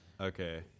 Okay